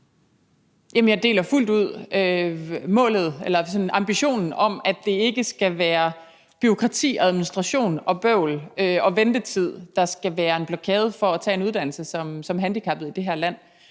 jeg deler fuldt ud ambitionen om, at det ikke skal være bureaukrati, administration, bøvl og ventetid, der skal være en blokade i forhold til at tage en uddannelse som handicappet i det her land.